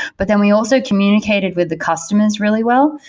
but then we also communicated with the customers really well.